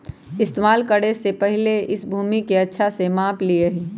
इस्तेमाल करे से पहले इस भूमि के अच्छा से माप ली यहीं